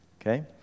Okay